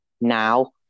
now